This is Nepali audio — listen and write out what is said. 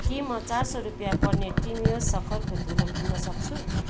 के म चार सय रुपियाँ पर्ने टिमियोस सखरको धुलो किन्न सक्छु